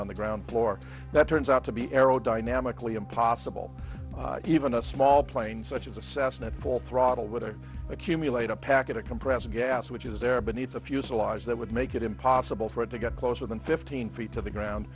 on the ground floor that turns out to be aerodynamically impossible even a small plane such as assassin at full throttle with it accumulate a packet of compressed gas which is there beneath the fuselage that would make it impossible for it to get closer than fifteen feet to the ground